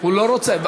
הוא לא רוצה.